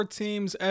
teams